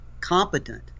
competent